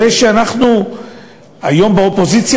זה שאנחנו היום באופוזיציה,